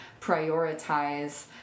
prioritize